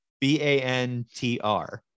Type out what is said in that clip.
B-A-N-T-R